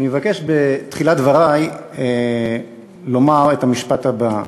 אני מבקש בתחילת דברי לומר את המשפט הבא: